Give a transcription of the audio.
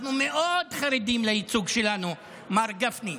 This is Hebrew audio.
אנחנו מאוד חרדים לייצוג שלנו, מר גפני.